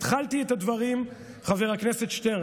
התחלתי את הדברים, חבר הכנסת שטרן,